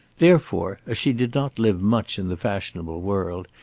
therefore, as she did not live much in the fashionable world,